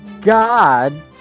god